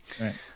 Right